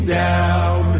down